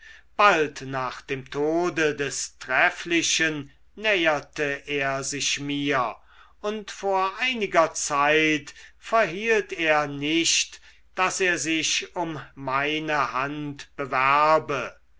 bald nach dem tode des trefflichen näherte er sich mir und vor einiger zeit verhielt er nicht daß er sich um meine hand bewerbe